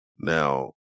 Now